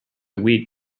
week